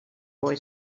boy